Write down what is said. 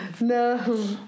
No